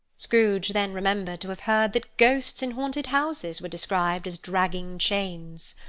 scrooge then remembered to have heard that ghosts in haunted houses were described as dragging chains.